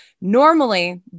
normally